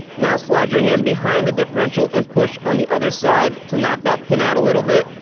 now, slide your hand behind the differential and push on the other side to knock that pin out a little bit.